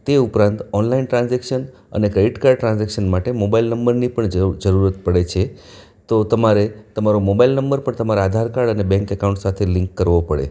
તે ઉપરાંત online transaction અને ક્રેડિટ કાર્ડ ટ્રાન્જેક્શન માટે મોબાઈલ નંબરની પણ જરૂર જરૂરત પડે છે તો તમારે તમારો મોબાઈલ નંબર પણ તમારા આધાર કાર્ડ અને બેન્ક અકાઉન્ટ સાથે લિન્ક કરવો પડે